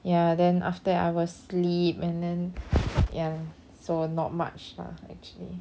ya then after that I will sleep and then ya so not much lah actually